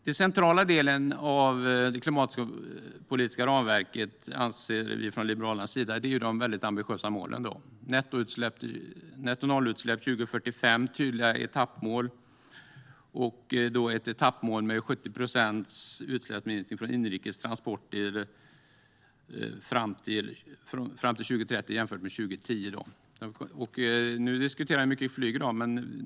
Den centrala delen av det klimatpolitiska ramverket anser vi från Liberalernas sida är de väldigt ambitiösa målen: Netto-noll-utsläpp 2045 och tydliga etappmål. Det finns ett etappmål på 70 procents utsläppsminskning för inrikes transporter fram till 2030 jämfört med 2010. Nu har vi diskuterat flyg mycket i dag.